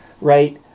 right